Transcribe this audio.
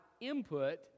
input